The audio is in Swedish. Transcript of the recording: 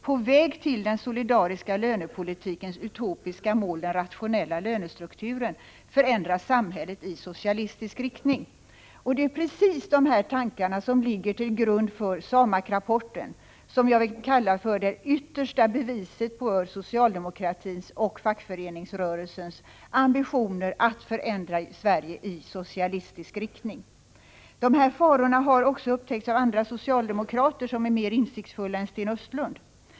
På väg till den solidariska lönepolitikens utopiska mål, den ”rationella” lönestrukturen, förändras samhället i socialistisk riktning.” Det är precis dessa tankar som ligger till grund för SAMAK-rapporten, som jag vill kalla det yttersta beviset på socialdemokratins och fackföreningsrörelsens ambitioner att förändra Sverige i riktning mot socialistisk korporativism. De här farorna har också upptäckts av andra socialdemokrater som är mer insiktsfulla än Sten Östlund.